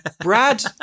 Brad